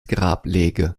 grablege